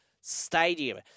Stadium